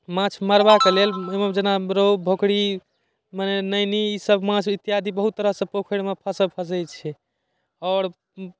माँछ मारबाक लेल ओइमे जेना रौहु भकुरी मने नैनी ईसब माँछ इत्यादि बहुत तरहसँ पोखरिमे फसऽ फसै छै आओर